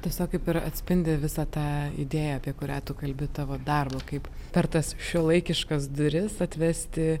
tiesiog kaip ir atspindi visą tą idėją apie kurią tu kalbi tavo darbu kaip per tas šiuolaikiškas duris atvesti